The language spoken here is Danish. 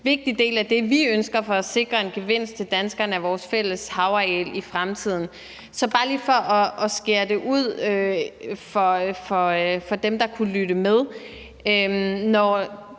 vi ønsker for at sikre en gevinst til danskerne af vores fælles havareal i fremtiden. Så bare lige for at få det skåret ud i pap for dem, der måtte lytte med,